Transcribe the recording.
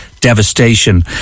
devastation